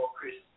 Chris